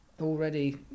already